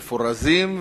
מפורזים,